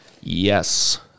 Yes